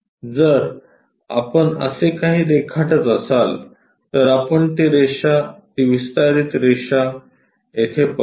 जर आपण असे काही रेखाटत असाल तर आपण ती रेषा ती विस्तारित रेषा येथे पाहू